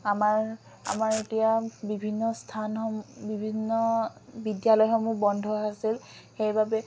আমাৰ আমাৰ এতিয়া বিভিন্ন স্থানসমূহ বিভিন্ন বিদ্যালয়সমূহ বন্ধ আছিল সেইবাবে